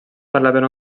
parlaven